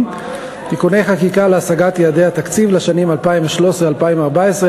(תיקוני חקיקה להשגת יעדי התקציב לשנים 2013 ו-2014),